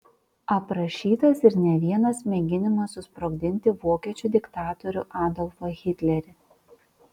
aprašytas ir ne vienas mėginimas susprogdinti vokiečių diktatorių adolfą hitlerį